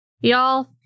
Y'all